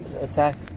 attack